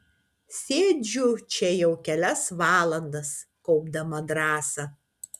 sėdžiu čia jau kelias valandas kaupdama drąsą